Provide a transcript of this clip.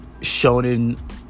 shonen